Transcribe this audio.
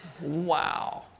Wow